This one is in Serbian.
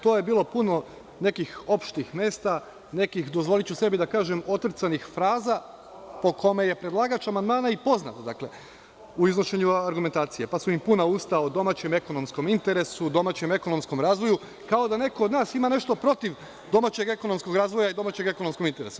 Tu je bilo puno nekih opštih mesta, nekih, dozvoliću sebi da kažem, otrcanih fraza, po kome je predlagač amandmana i poznat u iznošenju argumentacije, pa su im puna usta o domaćem ekonomskom interesu, o domaćem ekonomskom razvoju, kao da neko od nas ima nešto protiv domaćeg ekonomskog razvoja i domaćeg ekonomskog interesa.